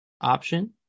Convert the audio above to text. option